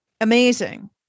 Amazing